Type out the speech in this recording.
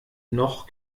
noch